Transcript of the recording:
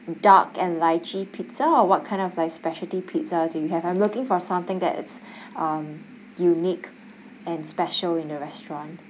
duck and lychee pizza or what kind of like specialty pizza do you have I'm looking for something that is um unique and special in a restaurant